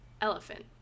elephant